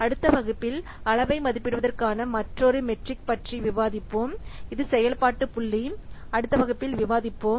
அடுத்த வகுப்பில் அளவை மதிப்பிடுவதற்கான மற்றொரு மெட்ரிக் பற்றி விவாதிப்போம் இது செயல்பாட்டு புள்ளி அடுத்த வகுப்பில் விவாதிப்போம்